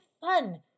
fun